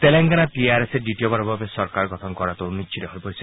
তেলেংগানাত T R এছে দ্বিতীয়বাৰৰ বাবে চৰকাৰ গঠন কৰাটো নিশ্চিত হৈ পৰিছে